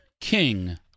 King